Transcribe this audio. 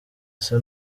ese